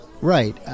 Right